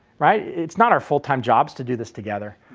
right, it's not our full time jobs, to do this together.